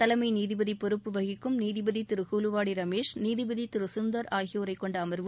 தலைமை நீதிபதி பொறுப்பு வகிக்கும் நீதிபதி திரு குலுவாடி ரமேஷ் நீதிபதி திரு கந்தர் ஆகியோரைக் கொண்ட அமர்வு